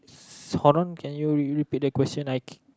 s~ hold on can you re~ repeat the question I